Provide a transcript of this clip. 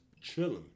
chilling